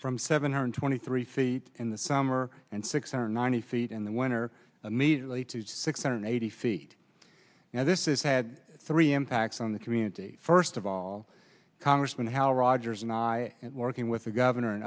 from seven hundred twenty three feet in the summer and six hundred ninety feet in the winter immediately to six hundred eighty feet now this is had three impacts on the community first of all congressman how rogers and i working with the governor and